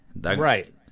Right